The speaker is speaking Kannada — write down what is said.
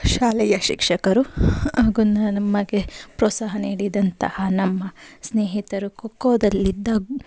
ಶಾಲೆಯ ಶಿಕ್ಷಕರು ಹಾಗೂ ನಮಗೆ ಪ್ರೋತ್ಸಾಹ ನೀಡಿದಂತಹ ನಮ್ಮ ಸ್ನೇಹಿತರು ಖೋಖೋದಲ್ಲಿದ್ದ